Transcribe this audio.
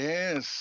Yes